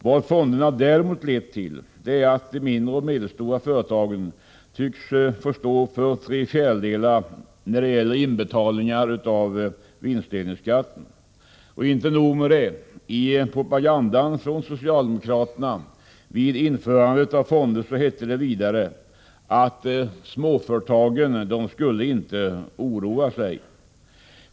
Vad fonderna däremot lett till är att de mindre och medelstora företagen tycks få stå för tre fjärdedelar när det gäller inbetalningarna av vinstdelningsskatten — och inte nog med det. I propagandan från socialdemokraterna vid införandet av fonderna hette det att småföretagen inte skulle oroa sig.